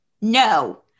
No